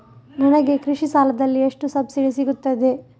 ನನಗೆ ಕೃಷಿ ಸಾಲದಲ್ಲಿ ಎಷ್ಟು ಸಬ್ಸಿಡಿ ಸೀಗುತ್ತದೆ?